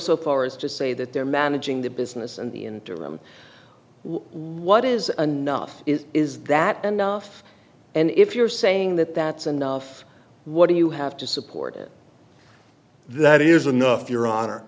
so far as to say that they're managing the business and the interim what is a nuff is is that enough and if you're saying that that's enough what do you have to support it that is enough